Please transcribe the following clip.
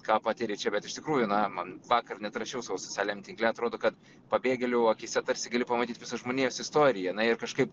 ką patyrė čia bet iš tikrųjų na man vakar net rašiau savo socialiniam tinkle atrodo kad pabėgėlių akyse tarsi gali pamatyt visą žmonijos istoriją ir kažkaip